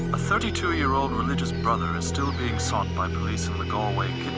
thirty two year old religious brother is still being sought by police in the galloway